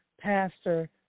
Pastor